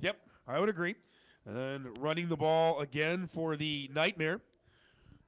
yep. i would agree and running the ball again for the nightmare